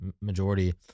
majority